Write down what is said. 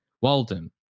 Walden